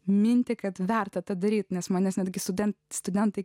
mintį kad verta tą daryti nes manęs netgi studentai studentai